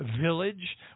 village